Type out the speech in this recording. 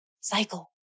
cycle